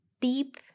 Deep